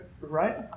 Right